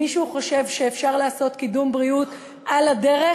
אם מישהו חושב שאפשר לעשות קידום בריאות על הדרך,